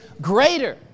greater